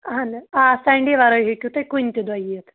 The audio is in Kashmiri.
اَہَن نہٕ آ سَنڈے وَرٲے ہیٚکِو تُہۍ کُنہِ تہِ دۄہ یِتھ